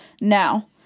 now